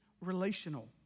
relational